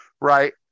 Right